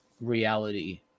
reality